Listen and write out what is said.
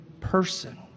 person